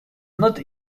not